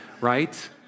right